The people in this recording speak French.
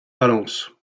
valence